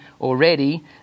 already